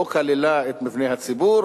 לא כללה את מבני הציבור,